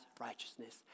righteousness